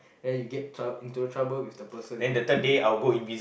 then you get trou~ into trouble with the person